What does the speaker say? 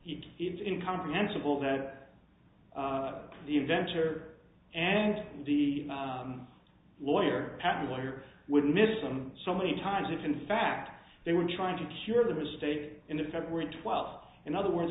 t's in comprehensible that the inventor and the lawyer patent lawyer would miss them so many times if in fact they were trying to cure the mistake in the february twelfth in other words